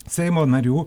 seimo narių